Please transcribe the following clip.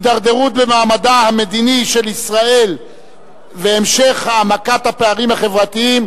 הידרדרות במעמדה המדיני של ישראל והמשך העמקת הפערים החברתיים,